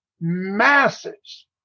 masses